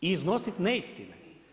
I iznositi neistine.